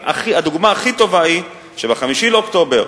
הדוגמה הכי טובה היא שב-5 באוקטובר,